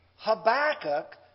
Habakkuk